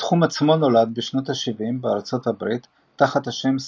התחום עצמו נולד בשנות ה-70 בארצות הברית תחת השם "סופרבייקרס",